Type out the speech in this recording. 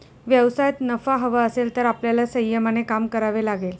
व्यवसायात नफा हवा असेल तर आपल्याला संयमाने काम करावे लागेल